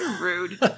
rude